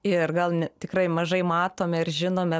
ir gal tikrai mažai matome ir žinome